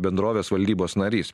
bendrovės valdybos narys